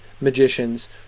magicians